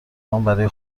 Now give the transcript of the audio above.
هام، برای